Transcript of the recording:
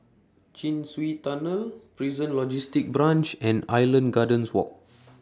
Chin Swee Tunnel Prison Logistic Branch and Island Gardens Walk